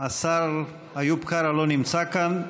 השר איוב קרא לא נמצא כאן,